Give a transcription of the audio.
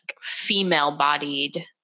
Female-bodied